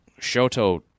Shoto